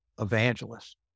evangelist